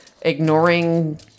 ignoring